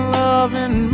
loving